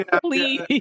Please